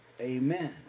Amen